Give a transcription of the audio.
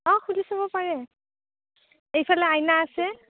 অঁ খুলি চাব পাৰে এইফালে আইনা আছে